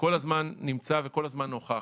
וכל הזמן נמצא וכל הזמן נוכח.